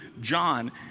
John